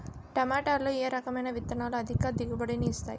టమాటాలో ఏ రకమైన విత్తనాలు అధిక దిగుబడిని ఇస్తాయి